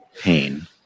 pain